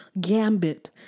gambit